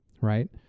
Right